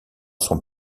son